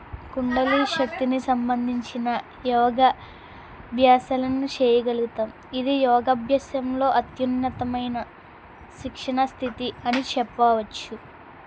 కుండలీ శక్తిని సంబంధించిన యోగా వ్యాసలను చేయగలుగుతాం ఇది యోగాభ్యాసంలో అత్యున్నతమైన శిక్షణ స్థితి అని చెప్పవచ్చు